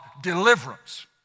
deliverance